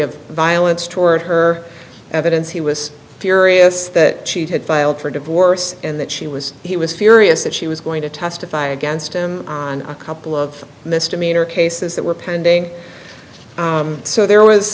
of violence toward her evidence he was furious that she had filed for divorce and that she was he was furious that she was going to testify against him on a couple of this demeanor cases that were pending so there was